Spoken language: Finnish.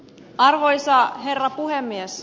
arvoisa herra puhemies